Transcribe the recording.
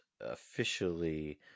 officially